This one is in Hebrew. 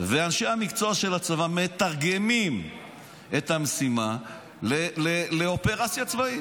ואנשי המקצוע של הצבא מתרגמים את המשימה לאופרציה צבאית.